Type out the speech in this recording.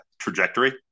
trajectory